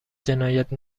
جنایت